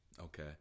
okay